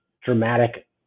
dramatic